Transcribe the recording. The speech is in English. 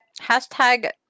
Hashtag